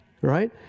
Right